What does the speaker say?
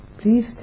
please